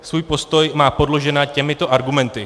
Svůj postoj má podložen těmito argumenty.